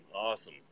Awesome